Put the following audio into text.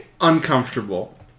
Uncomfortable